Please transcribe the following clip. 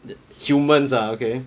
that humans are okay